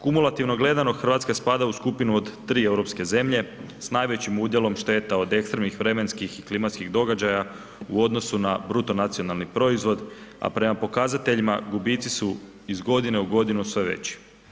Kumulativno gledano Hrvatska spada u skupinu od 3 europske zemlje s najvećim udjelom šteta od ekstremnih vremenskih i klimatskih događaja u odnosu na bruto nacionalni proizvod, a prema pokazateljima gubici su iz godine u godinu sve veći.